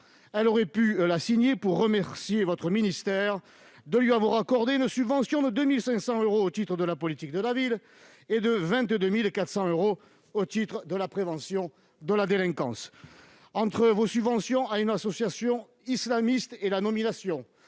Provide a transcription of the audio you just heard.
elle aurait pu la signer pour remercier votre ministère de lui avoir accordé une subvention de 2 500 euros au titre de la politique de la ville et de 22 400 euros au titre de la prévention de la délinquance ... Entre vos subventions à une association islamiste et la nomination,